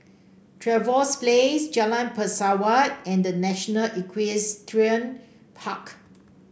Trevose Place Jalan Pesawat and The National Equestrian Park